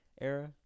era